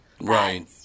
right